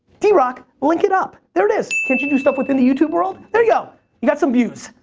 drock link it up, there it is. can't you do stuff within the youtube world? there you go, you got some views.